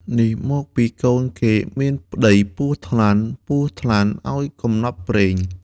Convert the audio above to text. នេះមកពីកូនគេមានប្ដីពស់ ថ្លាន់ ពស់ថ្លាន់ឱ្យកំណប់ព្រេង ”។